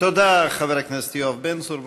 תודה לחבר הכנסת יואב בן צור.